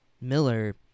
Miller